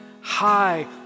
high